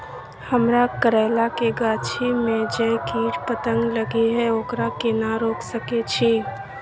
हमरा करैला के गाछी में जै कीट पतंग लगे हैं ओकरा केना रोक सके छी?